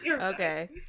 Okay